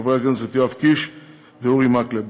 חברי הכנסת יואב קיש ואורי מקלב,